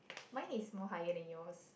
mine is more higher than yours